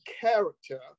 character